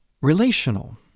relational